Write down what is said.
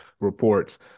reports